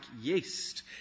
yeast